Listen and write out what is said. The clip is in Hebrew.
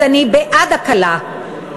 אז אני בעד הקלה,